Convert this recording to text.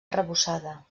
arrebossada